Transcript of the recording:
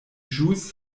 ĵus